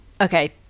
Okay